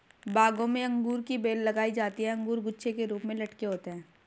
बागों में अंगूर की बेल लगाई जाती है अंगूर गुच्छे के रूप में लटके होते हैं